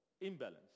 imbalance